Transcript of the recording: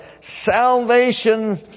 Salvation